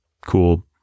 cool